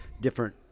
different